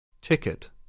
Ticket